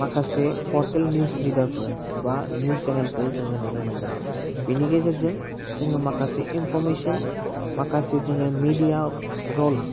माखासे portal news रिदारफोर बा निउस चेनेलफोर जोङो नुनो मोन्दों बेनि गेजेरजों जोङो माखासे इनफरमेसन माखासे जोङो मेडिया रल